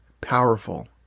powerful